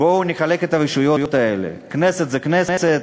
בואו נחלק את הרשויות האלה, כנסת זה כנסת,